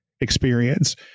experience